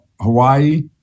Hawaii